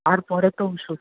তারপরে তো ওষুধ